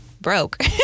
broke